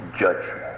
judgment